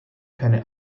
keine